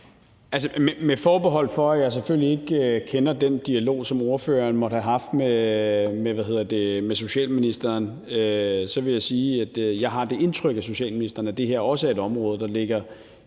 Med forbehold for, at jeg selvfølgelig ikke kender den dialog, som ordføreren måtte have haft med socialministeren, vil jeg sige, at jeg har det indtryk af socialministeren, at det her også er et område, der ligger